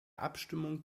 abstimmung